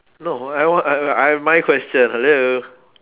no I wo~ I my question hello